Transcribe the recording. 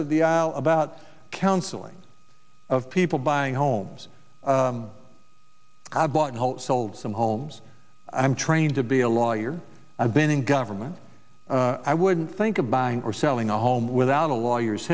of the aisle about counseling of people buying homes i bought a house sold some homes i'm trained to be a lawyer i've been in government i wouldn't think of buying or selling a home without a lawyer's